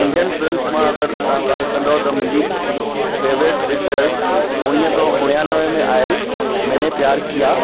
Indian films मां अगरि तव्हां ॻाल्हि कंदो त मुंहिंजी फेवरेट पिक्चर उणवीह सौ उणियानवे में आयल मैने प्यार किया